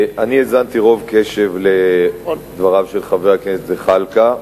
אני האזנתי ברוב קשב לדבריו של חבר הכנסת זחאלקה.